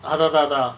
அத ததா:atha thathaa